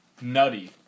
Nutty